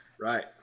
Right